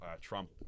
Trump